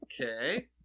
okay